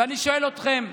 ואני שואל אתכם,